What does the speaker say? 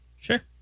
sure